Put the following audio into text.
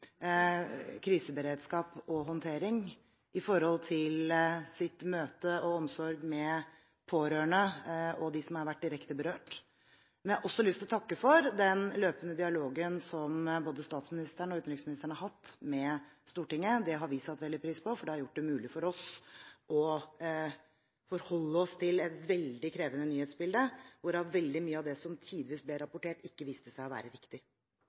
møte med de pårørende og dem som har vært direkte berørt. Men jeg har også lyst til å takke for den løpende dialogen som både statsministeren og utenriksministeren har hatt med Stortinget. Det har vi satt veldig pris på, for det har gjort det mulig for oss å forholde oss til et veldig krevende nyhetsbilde hvorav veldig mye av det som tidvis ble rapportert, ikke viste seg å være riktig.